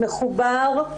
מחובר,